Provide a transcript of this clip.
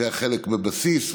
חלק היה בבסיס,